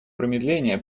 промедления